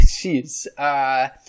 jeez